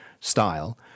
style